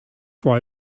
why